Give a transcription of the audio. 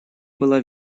было